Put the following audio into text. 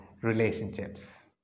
Relationships